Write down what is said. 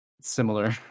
similar